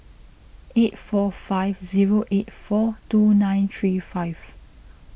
eight four five zero eight four two nine three five